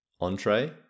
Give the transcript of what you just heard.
Entree